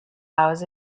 hours